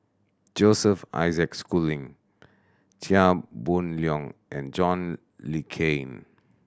Joseph Isaac Schooling Chia Boon Leong and John Le Cain